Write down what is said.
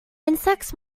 insects